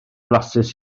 flasus